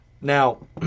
Now